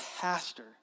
pastor